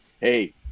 hey